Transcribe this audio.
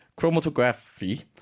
chromatography